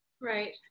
Right